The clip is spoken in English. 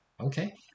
Okay